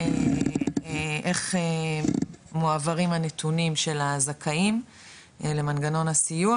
איך מועברים הנתונים של הזכאים למנגנון הסיוע,